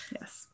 Yes